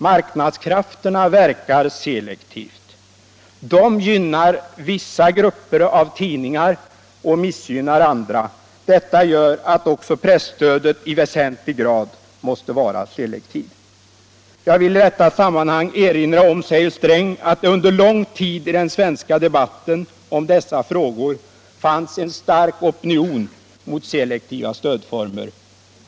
Marknadskrafterna verkar selektivt — de gynnar vissa grupper av tidningar och missgynnar andra. Detta gör att också presstödet i väsentlig grad måste vara selektivt. Jag vill i detta sammanhang erinra om”, säger finansministern, ”att det under lång tid i den svenska debatten om dessa frågor fanns en stark opinion mot selektiva stödformer.